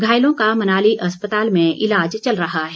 घायलों का मनाली अस्पताल में ईलाज चल रहा है